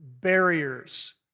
barriers